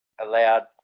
allowed